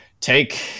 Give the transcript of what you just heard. take